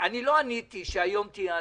אני לא עניתי שהיום תהיה הצבעה.